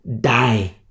die